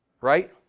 Right